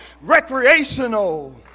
recreational